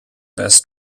best